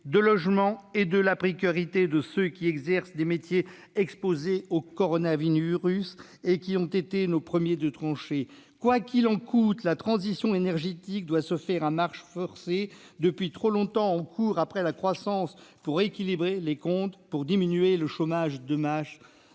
de logement et de la précarité de ceux qui exercent des métiers exposés au coronavirus et qui ont été nos premiers de tranchée. « Quoi qu'il en coûte », la transition énergétique doit se faire à marche forcée. Depuis trop longtemps, on court après la croissance pour rééquilibrer les comptes et diminuer le chômage de masse.